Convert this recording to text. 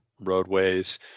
roadways